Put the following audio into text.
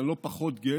אבל אני לא פחות גאה,